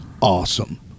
awesome